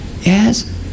Yes